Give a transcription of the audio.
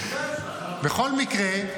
בכל מקרה,